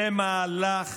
זה מהלך